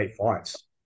fights